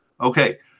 okay